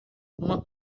uma